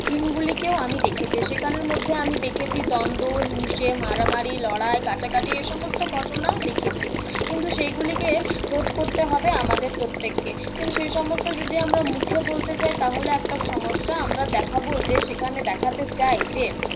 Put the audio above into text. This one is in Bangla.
থিমগুলিকেও আমি দেখেছি সেখানের মধ্যে আমি দেখেছি দ্বন্দ্ব হিংসে মারামারি লড়াই কাটাকাটি এ সমস্ত ঘটনা দেখেছি কিন্তু সেইগুলিকে রোধ করতে হবে আমাদের প্রত্যেককে কিন্তু সেই সমস্ত যদি আমরা মুখে বলতে যাই তাহলে একটা সমস্যা আমরা দেখাবো যে সেখানে দেখাতে চাই যে